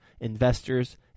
investors